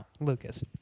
Lucas